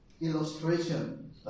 illustration